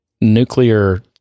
nuclear